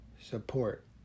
support